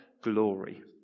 glory